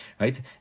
right